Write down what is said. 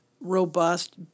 robust